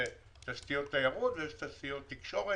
תשתיות תיירות, יש תשתיות תקשורת,